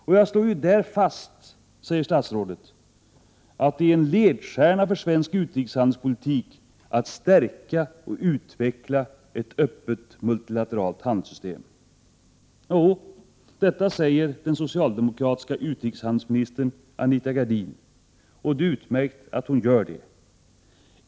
Och jag slår ju där fast”, säger statsrådet, ”att det är en ledstjärna för svensk utrikeshandelspolitik att stärka och utveckla ett öppet multilateralt handelssystem”. Jo, detta säger den socialdemokratiska utrikeshandelsministern Anita Gradin. Och det är utmärkt att hon gör det.